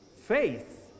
Faith